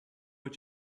were